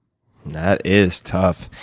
that is tough.